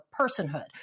personhood